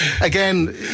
again